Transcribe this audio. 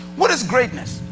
what is greatness?